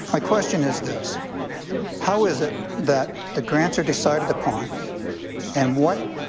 my question is this how is it that the grants are decided upon and what,